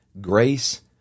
grace